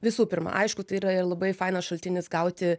visų pirma aišku tai yra ir labai fainas šaltinis gauti